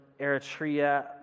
Eritrea